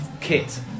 Kit